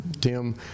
Tim